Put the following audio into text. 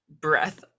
breath